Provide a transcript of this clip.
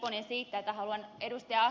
lipponen ja haluan ed